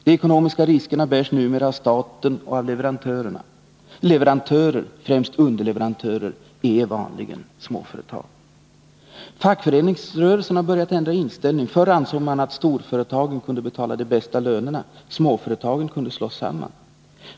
De ekonomiska riskerna bärs numera av staten och av leverantörerna. Leverantörer, främst underleverantörer, är vanligen småföretag. Fackföreningsrörelsen har börjat ändra inställning. Förr ansåg man att storföretagen betalade de bästa lönerna — småföretagen kunde slås samman.